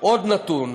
עוד נתון,